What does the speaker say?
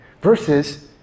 versus